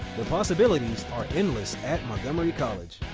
the possibilities are endless at montgomery college.